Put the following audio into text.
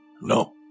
No